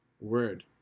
Word